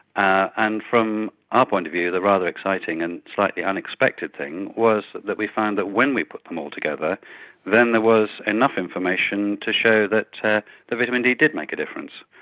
and from our point of view the rather exciting and slightly unexpected thing was that we found that when we put them all together then there was enough information to show that the vitamin d did make a difference,